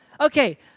Okay